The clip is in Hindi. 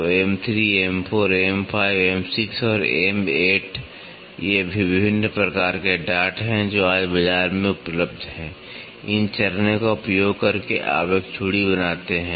तो एम ३ एम ४ एम ५ एम ६ और एम ८ ये विभिन्न प्रकार के डाट हैं जो आज बाजार में उपलब्ध हैं इन चरणों का उपयोग करके आप एक चूड़ी बनाते हैं